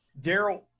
Daryl